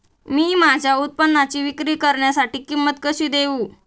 मी माझ्या उत्पादनाची विक्री करण्यासाठी किंमत कशी देऊ?